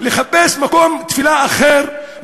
לחפש מקום תפילה אחר,